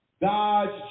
God's